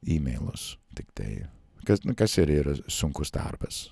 imeilus tiktai kas nu kas ir yra sunkus darbas